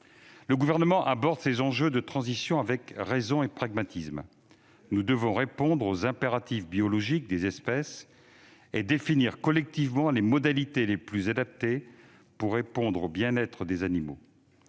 ferme France. Il aborde ces enjeux de transition avec raison et pragmatisme. Nous devons répondre aux impératifs biologiques des espèces et définir collectivement les modalités les plus adaptées pour répondre au bien-être des animaux,